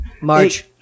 March